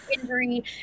injury